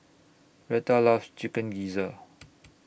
Rheta loves Chicken Gizzard